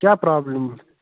کیٛاہ پرابلِم